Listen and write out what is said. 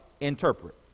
Interpret